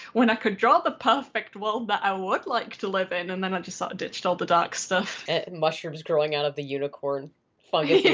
when i could draw the perfect world that i would like to live in? and then i just sort of ditched all the dark stuff mushrooms growing out of the unicorn fungus yeah